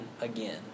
again